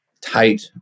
tight